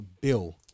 Bill